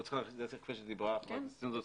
כמו שדיברה חברת הכנסת סונדוס,